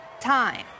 time